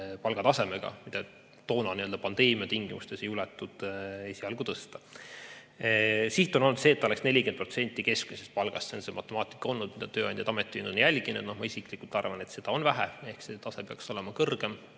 palgatasemega, mida toona pandeemia tingimustes ei juletud esialgu tõsta. Siht on olnud see, et ta oleks 40% keskmisest palgast, see on see matemaatika olnud, mida tööandjad ja ametiühingud on jälginud. Ma isiklikult arvan, et seda on vähe, ehk see tase peaks olema kõrgem.